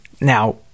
Now